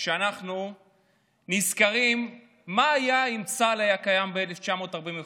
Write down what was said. כשאנחנו נזכרים מה היה אם צה"ל היה קיים ב-1945,